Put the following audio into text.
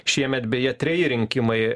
šiemet beje treji rinkimai